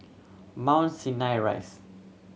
Mount Sinai Rise